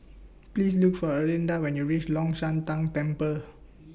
Please Look For Erlinda when YOU REACH Long Shan Tang Temple